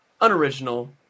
unoriginal